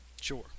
Sure